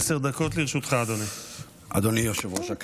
התשפ"ד 2024,